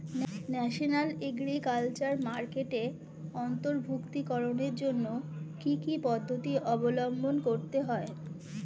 National agriculture মার্কেটে অন্তর্ভুক্তিকরণের জন্য কি কি পদ্ধতি অবলম্বন করতে হয়?